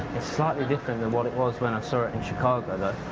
it's slightly different than what it was when i saw it in chicago. and